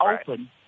open